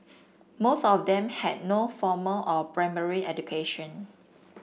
most of them had no formal or primary education